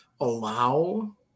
allow